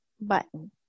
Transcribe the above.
button